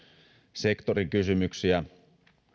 sektorin kysymyksiä